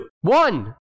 one